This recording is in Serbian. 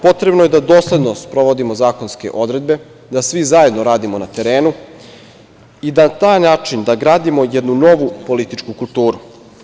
Potrebno je da dosledno sprovodimo zakonske odredbe, da svi zajedno radimo na terenu i da na taj način gradimo jednu novu političku kulturu.